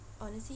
honestly